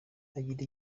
agira